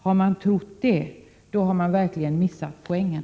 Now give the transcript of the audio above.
Har man trott det, då har man verkligen missat poängen.